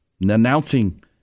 announcing